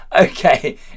okay